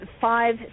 five